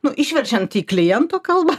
nu išverčiant į kliento kalbą